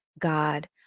God